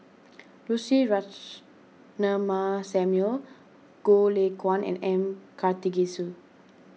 Lucy Ratnammah Samuel Goh Lay Kuan and M Karthigesu